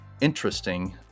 Interesting